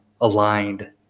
aligned